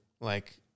Like-